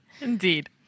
Indeed